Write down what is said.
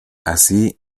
así